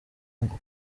ngo